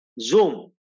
Zoom